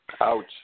Ouch